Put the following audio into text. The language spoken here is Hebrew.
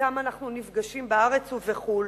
שאתם אנחנו נפגשים בארץ ובחו"ל,